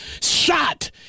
shot